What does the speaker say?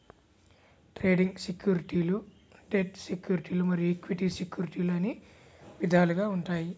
trading సెక్యూరిటీలు debt సెక్యూరిటీలు మరియు ఈక్విటీ సెక్యూరిటీలు అని విధాలుగా ఉంటాయి